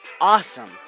awesome